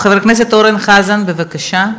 חבר הכנסת אורן חזן, בבקשה.